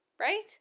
Right